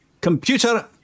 Computer